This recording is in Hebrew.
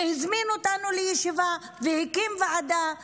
והזמין אותנו לישיבה והקים ועדה בין-משרדית.